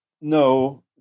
No